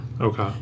okay